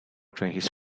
trainees